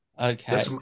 Okay